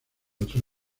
otro